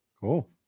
cool